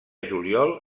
juliol